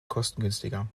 kostengünstiger